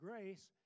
grace